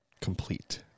complete